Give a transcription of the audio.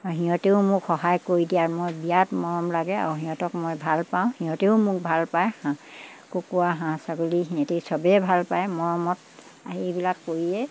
আৰু সিহঁতেও মোক সহায় কৰি দিয়াত মই বিৰাট মৰম লাগে আৰু সিহঁতক মই ভালপাওঁ সিহঁতেও মোক ভালপায় হাঁহ কুকুৰা হাঁহ ছাগলী সিহঁতি চবেই ভালপায় মৰমত এইবিলাক কৰিয়ে